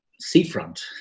seafront